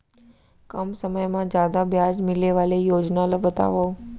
कम समय मा जादा ब्याज मिले वाले योजना ला बतावव